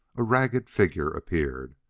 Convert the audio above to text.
a ragged figure appeared.